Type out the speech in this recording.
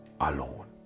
alone